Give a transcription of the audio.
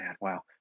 Wow